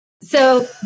So-